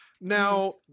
Now